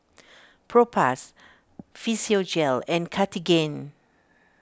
Propass Physiogel and Cartigain